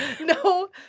no